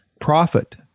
profit